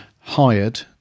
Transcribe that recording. hired